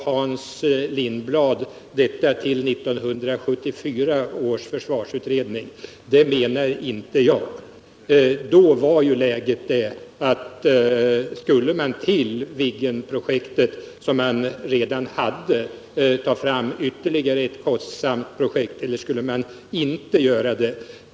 Hans Lindblad trodde att detta skulle ha varit 1974 års försvarsutredning. Det var inte detta jag avsåg. Då skulle man ta ställning till om man utöver Viggenprojektet, som man redan hade, skulle ta fram ytterligare ett kostsamt projekt eller om man inte skulle göra det.